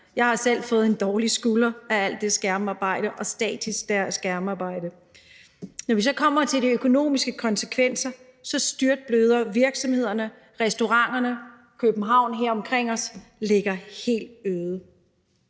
Jeg har selv fået en dårlig skulder af alt det skærmarbejde og statisk skærmarbejde. Når vi så kommer til de økonomiske konsekvenser, styrtbløder virksomhederne, restauranterne, og København her omkring os ligger helt øde.